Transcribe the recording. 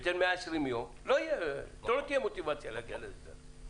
ניתן 120 יום, לא תהיה מוטיבציה להגיע להסדר.